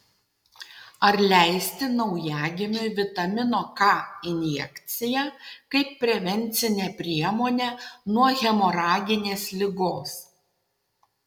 ar leisti naujagimiui vitamino k injekciją kaip prevencinę priemonę nuo hemoraginės ligos